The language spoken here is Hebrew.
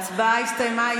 ההצבעה הסתיימה.